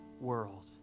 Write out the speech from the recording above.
world